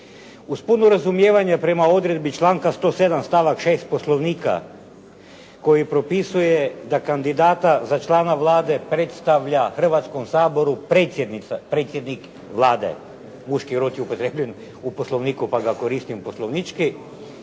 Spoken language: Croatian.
Uz puno razumijevanje prema odredbi članka 107. stavak 6. Poslovnika koji propisuje da kandidata za člana Vlade predstavlja Hrvatskom saboru predsjednik Vlade, muški rod je upotrijebljen u Poslovniku pa ga koristim poslovnički.